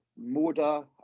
Moda